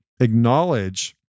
acknowledge